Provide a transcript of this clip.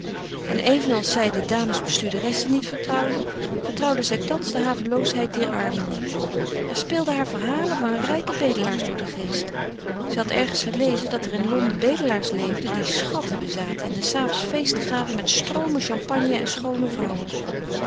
en evenals zij de dames bestuurderessen niet vertrouwde vertrouwde zij thans de haveloosheid dier armen niet er speelden haar verhalen van rijke bedelaars door den geest zij had ergens gelezen dat er in londen bedelaars leefden die schatten bezaten en des avonds feesten gaven met stroomen champagne en schoone vrouwen